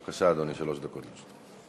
בבקשה, אדוני, שלוש דקות לרשותך.